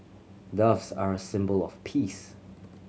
doves are a symbol of peace